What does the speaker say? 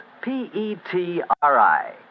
P-E-T-R-I